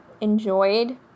enjoyed